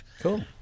Cool